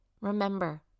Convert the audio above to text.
Remember